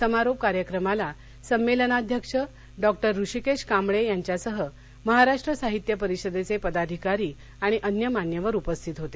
समारोप कार्यक्रमाला संमेलनाध्यक्ष डॉक्टर हृषिकेश कांबळे यांच्यासह महाराष्ट्र साहित्य परिषदेचे पदाधिकारी आणि अन्य मान्यवर उपस्थित होते